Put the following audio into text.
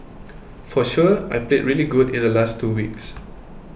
for sure I played really good in the last two weeks